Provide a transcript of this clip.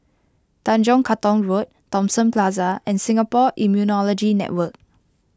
Tanjong Katong Road Thomson Plaza and Singapore Immunology Network